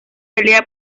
pelea